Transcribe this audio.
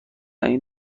این